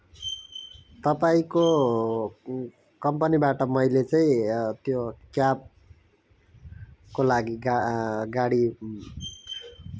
तपाईँको कम्पनीबाट मैले चाहिँ त्यो क्याबको लागि गाडी